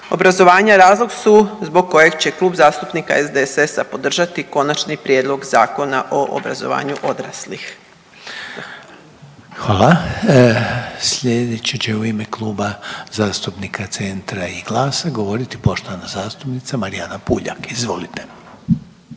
obrazovanja razlog su zbog kojeg će Klub zastupnika SDSS-a podržati Konačni prijedlog Zakona o obrazovanju odraslih. **Reiner, Željko (HDZ)** Hvala. Slijedeća će u ime Kluba zastupnika Centra i GLAS-a govoriti poštovana zastupnica Marijana Puljak. Izvolite.